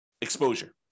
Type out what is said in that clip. exposure